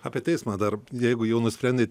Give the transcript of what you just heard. apie teismą dar jeigu jau nusprendė